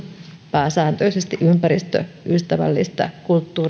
pääsääntöisesti ympäristöystävällistä